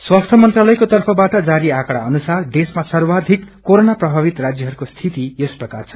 स्वास्थ्य मंत्रालयक्रो तर्फबाट जारी आंडा अनुसार देशमा सर्वाधिक कोरोना प्रभावित राज्यहरूको स्थिति यस प्रकार छन्